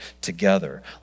together